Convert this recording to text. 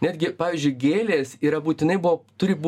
netgi pavyzdžiui gėlės yra būtinai buvo turi būt